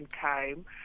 time